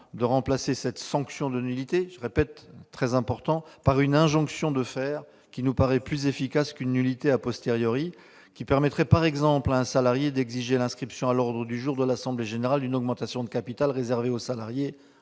de remplacer cette sanction de nullité par une injonction de faire, plus efficace qu'une nullité, et qui permettrait, par exemple, à un salarié d'exiger l'inscription à l'ordre du jour de l'assemblée générale d'une augmentation de capital réservée aux salariés,